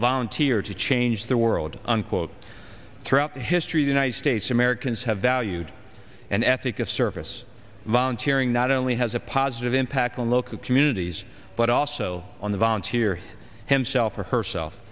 volunteer to change the world unquote throughout history the united states americans have valued an ethic of service voluntary not only has a positive impact on local communities but also on the volunteer himself or herself